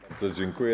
Bardzo dziękuję.